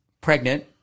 pregnant